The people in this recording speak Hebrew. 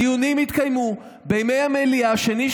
הדיונים יתקיימו בימי המליאה שני,